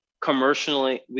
commercially